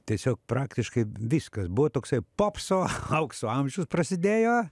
tiesiog praktiškai viskas buvo toksai popso aukso amžius prasidėjo